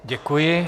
Děkuji.